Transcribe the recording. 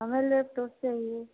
हमें लैपटॉप चाहिए